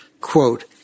quote